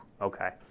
okay